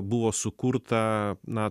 buvo sukurta na